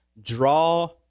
draw